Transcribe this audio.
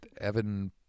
Evan